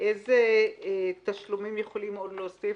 איזה תשלומים יכולים עוד להוסיף,